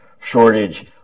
shortage